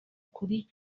kuri